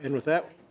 and with that